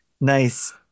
nice